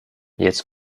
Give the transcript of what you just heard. jetzt